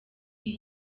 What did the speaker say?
iyi